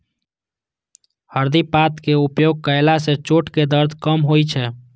हरदि पातक उपयोग कयला सं चोटक दर्द कम होइ छै